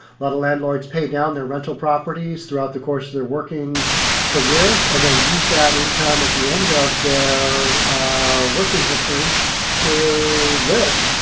but landlords pay down their rental properties throughout the course of their working career and then use that income at the end of their working history to live.